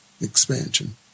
expansion